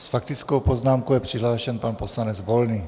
S faktickou poznámkou je přihlášen pan poslanec Volný.